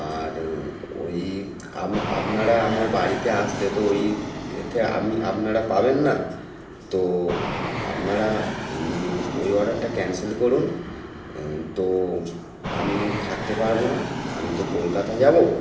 আর ওই আম আপনারা আমার বাড়িতে আসলে তো ওই এতে আমি আপনারা পাবেন না তো আপনারা ওই অর্ডারটা ক্যানসেল করুন তো আমি থাকতে পারব না আমি তো কলকাতা যাব